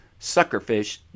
suckerfish